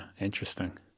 Interesting